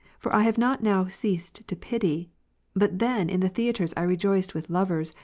for i have not now ceased to pity but then in the theatres i rejoiced with lovers,